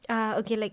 ah okay like